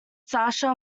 sasha